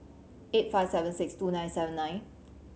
eight five seven six two nine seven nine